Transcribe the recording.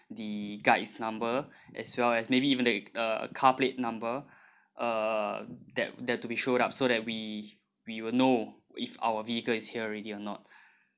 the guide's number as well as maybe even the uh car plate number uh that that to be showed up so that we we will know if our vehicle is here already or not